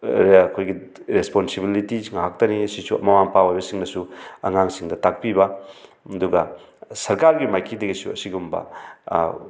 ꯑꯩꯈꯣꯏꯒꯤ ꯔꯦꯁꯄꯣꯟꯁꯤꯕꯤꯂꯤꯇꯤꯁ ꯉꯥꯛꯇꯅꯤ ꯑꯁꯤꯁꯨ ꯃꯃꯥ ꯃꯄꯥ ꯑꯣꯏꯕꯁꯤꯡꯅꯁꯨ ꯑꯉꯥꯡꯁꯤꯡꯗ ꯇꯥꯛꯄꯤꯕ ꯑꯗꯨꯒ ꯁꯔꯀꯥꯔꯒꯤ ꯃꯥꯏꯀꯩꯗꯒꯤꯁꯨ ꯑꯁꯤꯒꯨꯝꯕ